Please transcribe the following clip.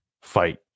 fight